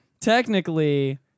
Technically